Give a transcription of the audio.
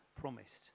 promised